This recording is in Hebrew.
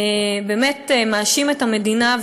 באמת מאשים את המדינה,